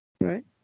Right